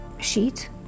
sheet